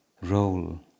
role